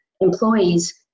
employees